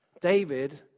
David